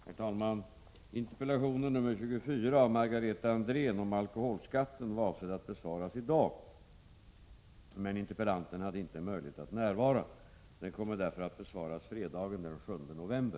Herr talman! Interpellation 24 av Margareta Andrén om alkoholskatten var avsedd att besvaras i dag, men interpellanten hade inte möjlighet att närvara. Interpellationen kommer därför att besvaras fredagen den 7 november.